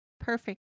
perfect